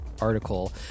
article